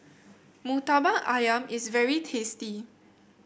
murtabak ayam is very tasty